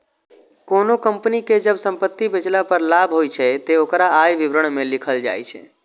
कोनों कंपनी कें जब संपत्ति बेचला पर लाभ होइ छै, ते ओकरा आय विवरण मे लिखल जाइ छै